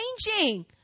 changing